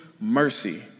mercy